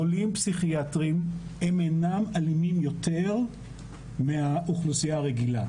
חולים פסיכיאטריים הם אינם אלימים יותר מהאוכלוסייה הרגילה.